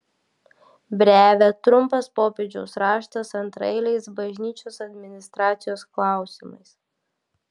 brevė trumpas popiežiaus raštas antraeiliais bažnyčios administracijos klausimais